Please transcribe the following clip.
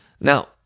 Now